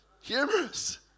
humorous